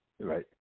Right